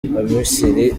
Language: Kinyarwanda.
misiri